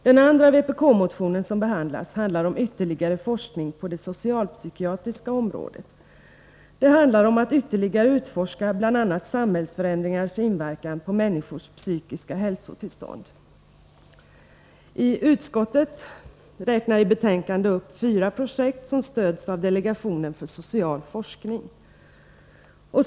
Den andra vpk-motion som behandlas handlar om ytterligare forskning på det socialpsykiatriska området. Det handlar om att ytterligare utforska bl.a. samhällsförändringars inverkan på människors psykiska hälsotillstånd. I betänkandet räknas fyra projekt upp som stöds av delegationen för social forskning.